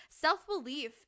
Self-belief